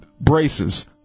braces